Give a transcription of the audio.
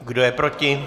Kdo je proti?